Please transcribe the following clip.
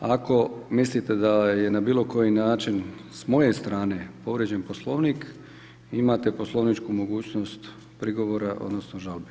Ako mislite da je na bilo koji način sa moje strane povrijeđen Poslovnik imate poslovničku mogućnost prigovora, odnosno žalbe.